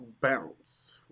bounce